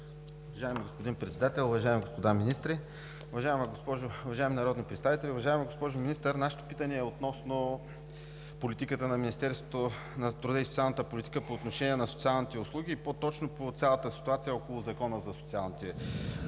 Уважаеми господин Председател, уважаеми господа министри, уважаеми народни представители! Уважаема госпожо Министър, нашето питане е относно политиката на Министерството на труда и социалната политика по отношение на социалните услуги и по-точно по цялата ситуация около Закона за социалните услуги.